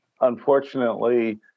unfortunately